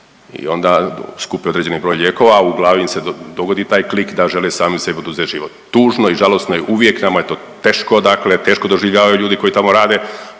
i onda skupe određeni broj lijekova, a u glavi im se dogodi taj klik da žele sami sebi oduzet život. Tužno i žalosno je uvijek, nama je to teško, dakle teško doživljavaju ljudi koji tamo rade,